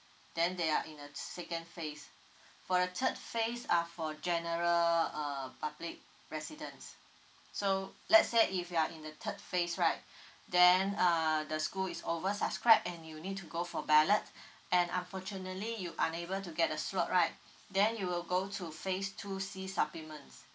then they are in the second phase for a third phase are for general uh public residence so let's say if you are in the third phase right then uh the school is over subscribe and you need to go for ballot and unfortunately you unable to get a slot right then you will go to phase two C supplements